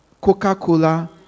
Coca-Cola